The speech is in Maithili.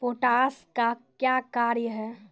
पोटास का क्या कार्य हैं?